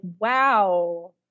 wow